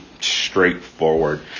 straightforward